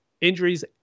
injuries